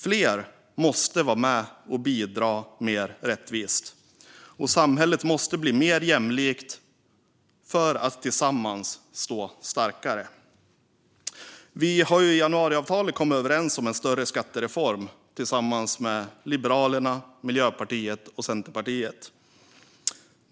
Fler måste vara med och bidra mer rättvist. Samhället måste bli mer jämlikt för att vi tillsammans ska kunna stå starkare. Vi har i januariavtalet kommit överens om en större skattereform tillsammans med Liberalerna, Miljöpartiet och Centerpartiet.